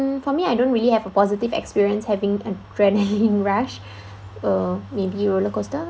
for me I don't really have a positive experience having an adrenaline rush uh maybe roller coaster